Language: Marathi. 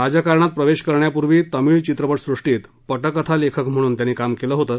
राजकारणात प्रवेश करण्यापूर्वी तमिळ चित्रपटसृष्टीत पटकथा लेखक म्हणून त्यांनी काम केलं होतं